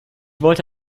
wollte